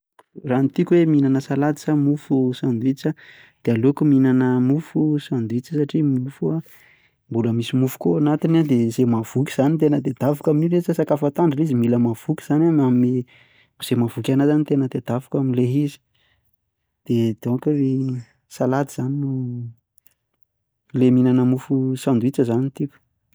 Raha ny tiako hoe mihinana salady sa mofo sandwich de aleoko mihinana mofo sandwich satria mofo a mbola misy mofo koa anatiny a de zay mahavoky zany no tena tadiaviko amin'io le izy sakafo atoandro le izy mila mahavoky zany a manome zay mahavoky anahy zany tena tadiaviko am'le izy de donc ry salady zany no, le mihinana mofo sandwich zany no tiako.